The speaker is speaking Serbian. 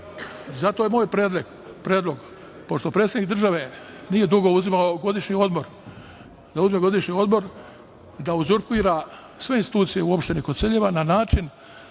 Zato je moj predlog, pošto predsednik države nije dugo uzimao godišnji odmor da uzme godišnji odmor i da uzurpira sve institucije u opštini Koceljeva na način